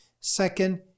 Second